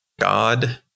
God